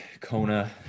Kona